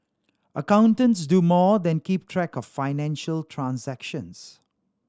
accountants do more than keep track of financial transactions